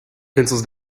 pencils